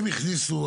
הם הכניסו,